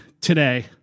today